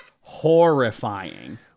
Horrifying